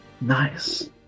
Nice